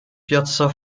piazza